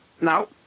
Now